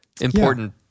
important